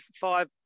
five